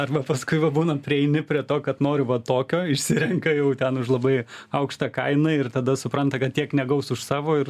arba paskui va būna prieini prie to kad noriu va tokio išsirenka jau ten už labai aukštą kainą ir tada supranta kad tiek negaus už savo ir